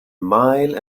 mile